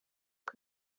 uko